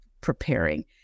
preparing